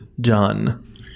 Done